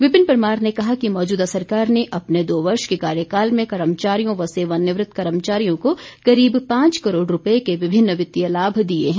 विपिन परमार ने कहा कि मौजूदा सरकार ने अपने दो वर्ष के कार्यकाल में कर्मचारियों व सेवानिवृत कर्मचारियों को करीब पांच करोड़ रुपए के विभिन्न वित्तीय लाभ दिए हैं